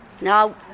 no